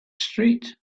street